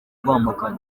rwamagana